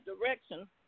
direction